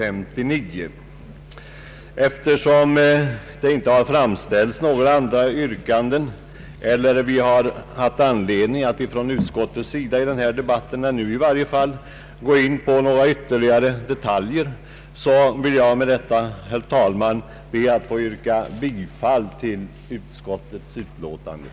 Eftersom det inte har framställts några andra yrkanden eller vi från utskottet i varje fall ännu inte haft anledning att i denna debatt gå in på ytterligare detaljer, ber jag med detta, herr talman, att få yrka bifall till utskottets hemställan.